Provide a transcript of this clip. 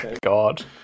god